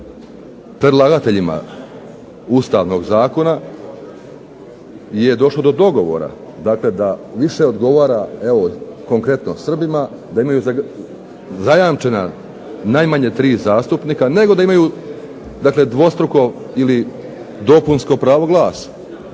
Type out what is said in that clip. predlagateljima Ustavnog zakona je došlo do dogovora, dakle da više odgovara evo konkretno Srbima da imaju zajamčena najmanje tri zastupnika, nego da imaju dakle dvostruko ili dopunsko pravo glasa.